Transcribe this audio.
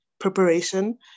preparation